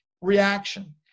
reaction